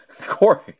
Corey